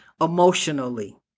emotionally